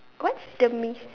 what's demise